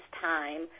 time